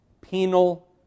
penal